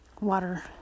Water